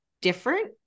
different